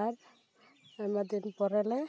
ᱟᱨ ᱟᱭᱢᱟ ᱫᱤᱱ ᱯᱚᱨᱮᱞᱮ